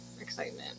excitement